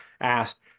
asked